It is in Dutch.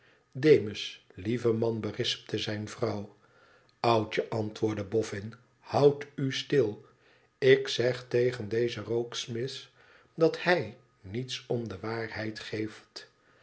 demus lieve man berispte zijne vrouw oudje antwoordde bofïin houd u stil ik zeg tegen dezen rokesmith dat hij niets om de waarheid geeft